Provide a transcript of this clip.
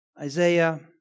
Isaiah